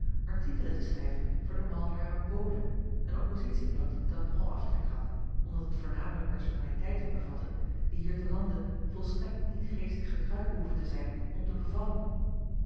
artikelen te schrijven voor den marlheimer bode een oppozitieblad dat nog al aftrek had omdat het voornamelijk personaliteiten bevatte die hier te lande volstrekt niet geestig gekruid behoeven te zijn om te bevallen